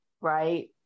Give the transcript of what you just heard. right